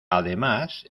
además